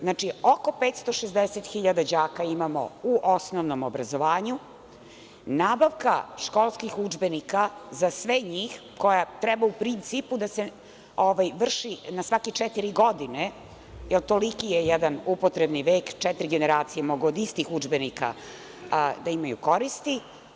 Znači, oko 560.000 đaka imamo u osnovnom obrazovanju, nabavka školskih udžbenika za sve njih koja treba u principu da se vrši na svaki četiri godine, jel toliki je jedan upotrebni vek, četiri generacije mogu od istih udžbenika da imaju koristi.